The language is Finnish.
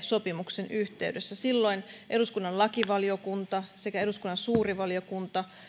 sopimuksen yhteydessä silloin eduskunnan lakivaliokunta sekä eduskunnan suuri valiokunta